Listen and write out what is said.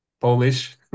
Polish